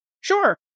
Sure